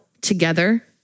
together